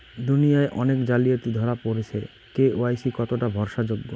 দুনিয়ায় অনেক জালিয়াতি ধরা পরেছে কে.ওয়াই.সি কতোটা ভরসা যোগ্য?